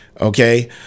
okay